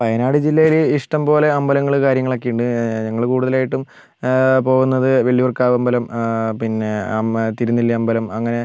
വയനാട് ജില്ലയിൽ ഇഷ്ടംപോലെ അമ്പലങ്ങൾ കാര്യങ്ങളൊക്കെ ഉണ്ട് ഞങ്ങൾ കൂടുതലായിട്ടും പോവുന്നത് വള്ളിയൂർക്കാവ് അമ്പലം പിന്നെ അമ്മ തിരുനെല്ലി അമ്പലം അങ്ങനെ